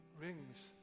rings